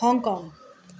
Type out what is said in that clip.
Hong Kong